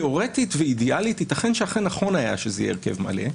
תיאורטית ואידיאלית יתכן שאכן נכון היה שזה יהיה הרכב מלא.